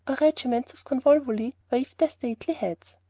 or regiments of convolvuli waved their stately heads.